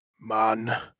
man